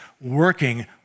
working